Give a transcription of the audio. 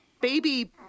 baby